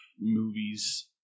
movies